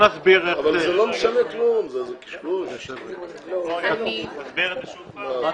אז יש לך הרבה חיסכון.